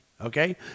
okay